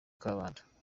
kabanda